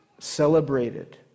celebrated